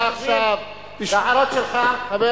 וההערות שלך, בשביל מה?